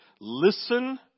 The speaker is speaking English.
listen